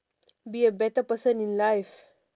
be a better person in life